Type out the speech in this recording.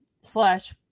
slash